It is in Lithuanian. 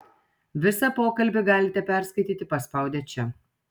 visą pokalbį galite perskaityti paspaudę čia